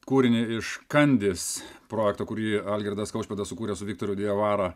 kūrinį iš kandis projekto kurį algirdas kaušpėdas sukūrė su viktoru diavara